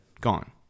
Gone